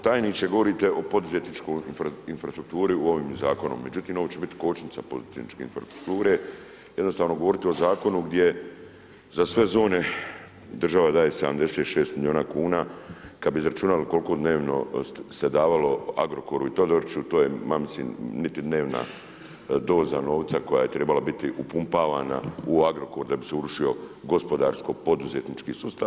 Tajniče, govorite o poduzetničkoj infrastrukturi ovim zakonom, međutim ovo će biti kočnica poduzetničke infrastrukture, jednostavno govorite o zakonu gdje za sve zone država daje 76 milijuna kuna, kad bi izračunali koliko se dnevno se davalo Agrokoru i Todoriću, to je ma mislim, niti dnevna doza novca koja je trebala biti upumpavana u Agrokor da bi se urušio gospodarsko-poduzetnički sustav.